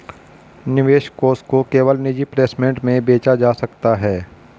निवेश कोष को केवल निजी प्लेसमेंट में बेचा जा सकता है